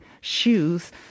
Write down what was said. shoes